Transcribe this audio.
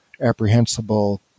apprehensible